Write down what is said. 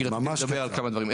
כי רציתי לדבר עוד כמה דברים.